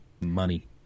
Money